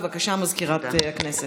בבקשה, מזכירת הכנסת.